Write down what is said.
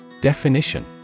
Definition